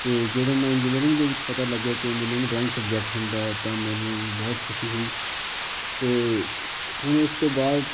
ਅਤੇ ਜਦੋਂ ਮੈਂ ਇੰਜੀਨੀਅਰਿੰਗ ਦੇ ਵਿੱਚ ਪਤਾ ਲੱਗਿਆ ਕਿ ਇੰਜੀਨੀਅਰਿੰਗ ਡਰਾਇੰਗ ਸਬਜੈਕਟ ਹੁੰਦਾ ਤਾਂ ਮੈਨੂੰ ਬਹੁਤ ਖੁਸ਼ੀ ਹੋਈ ਅਤੇ ਹੁਣ ਉਸ ਤੋਂ ਬਾਅਦ